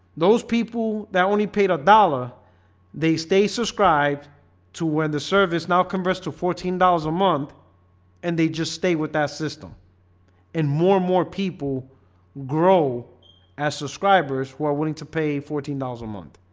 those people that only paid a dollar they stay subscribed to when the service now converts to fourteen dollars a month and they just stay with that system and more and more people grow as subscribers who are willing to pay a fourteen dollars a month.